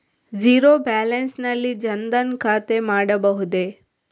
Zero balance ನಲ್ಲಿ ಜನ್ ಧನ್ ಖಾತೆ ಮಾಡಬಹುದೇ?